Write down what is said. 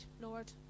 Lord